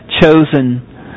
chosen